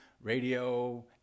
radio